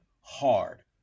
hard